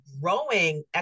growing